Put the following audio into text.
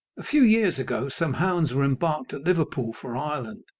a few years ago some hounds were embarked at liverpool for ireland,